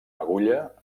agulla